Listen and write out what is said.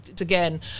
again